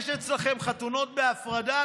יש אצלכם חתונות בהפרדה,